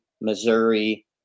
Missouri